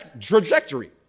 trajectory